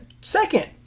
second